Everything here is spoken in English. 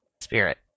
Spirit